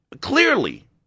clearly